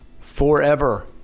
forever